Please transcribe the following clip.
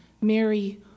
Mary